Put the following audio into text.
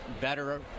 better